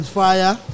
fire